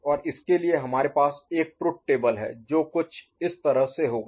और इसके लिए हमारे पास एक ट्रुथ टेबल है जो कुछ इस तरह से होगा